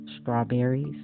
strawberries